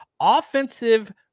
Offensive